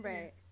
Right